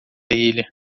ilha